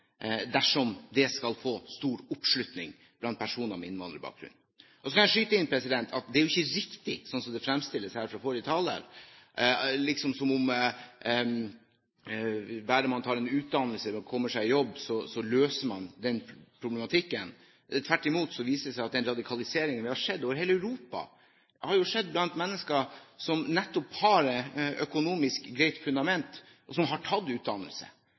dersom det skal få stor oppslutning blant personer med innvandrerbakgrunn. Så kan jeg skyte inn at det er ikke riktig slik som det fremstilles her av forrige taler, at bare man tar en utdannelse og kommer seg i jobb, så løser man den problematikken. Tvert imot viser det seg at den radikaliseringen vi har sett over hele Europa, har skjedd blant mennesker som nettopp har et økonomisk greit fundament, og som har tatt utdannelse.